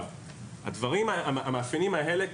המאפיינים האלה,